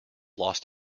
lost